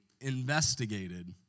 investigated